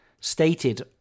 stated